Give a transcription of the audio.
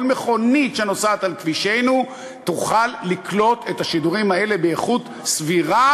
מכונית שנוסעת על כבישינו יוכלו לקלוט את השידורים האלה באיכות סבירה,